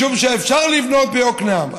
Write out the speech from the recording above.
משום שאפשר לבנות ביקנעם,